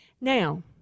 Now